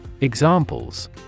Examples